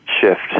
shift